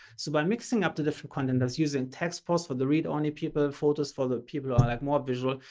so by mixing up the different content, it's using text posts for the read only people, photos for the people that are like more visual,